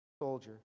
soldier